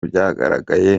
byagaragaye